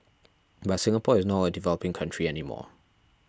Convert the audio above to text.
but Singapore is not a developing country any more